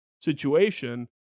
situation